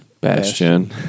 Bastion